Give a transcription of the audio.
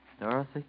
Dorothy